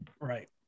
Right